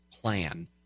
plan